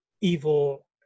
evil